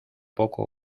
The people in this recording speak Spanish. poco